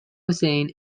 hussein